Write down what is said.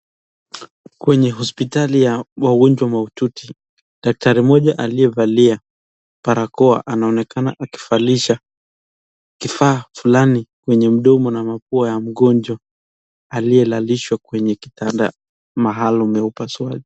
Kwenye hospitali ya wagonjwa mahututi, daktari mmoja aliye valia barakoa anaonekana akivalisha kifaa fulani kwenye mdomo na mapua ya mgonjwa, aliye lalishwa kwenye kitanda maalum ya upasuaji.